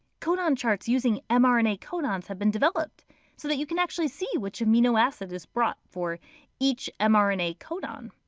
codon charts using um ah mrna codons have been developed so that you can actually see which amino acid is brought for each um ah and mrna codon.